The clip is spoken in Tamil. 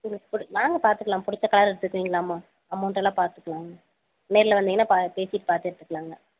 உங்களுக்கு பிடிச் வாங்க பார்த்துக்கலாம் பிடிச்ச காரு எடுத்துக்கிட்டிங்கிறீங்களாம்மா அமௌண்ட்டெல்லாம் பார்த்துக்கலாங்க நேரில் வந்தீங்கன்னா பா பேசிவிட்டு பார்த்து எடுத்துக்கலாங்க